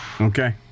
Okay